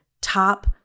top